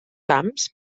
camps